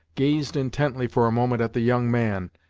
gazed intently for a moment at the young man,